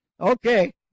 okay